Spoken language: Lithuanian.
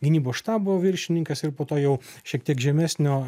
gynybos štabo viršininkas ir po to jau šiek tiek žemesnio